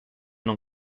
non